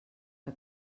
que